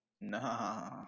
Nah